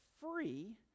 free